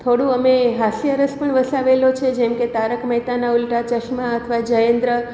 થોડું અમે હાસ્યરસ પણ વસાવેલો છે જેમ કે તારક મહેતાના ઉલ્ટા ચશ્મા અથવા જયેન્દ્ર